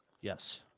Yes